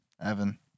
Evan